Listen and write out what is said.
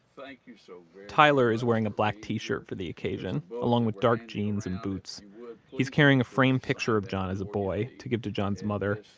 like so tyler is wearing a black t-shirt for the occasion, along with dark jeans and boots he's carrying a framed picture of john as a boy to give to john's mother,